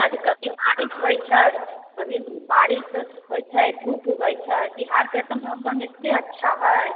अभी कभी बारिश होइ छै कभी बारिश होइ छै धूप उगै छै बिहारके तऽ मौसम एतेक अच्छा हइ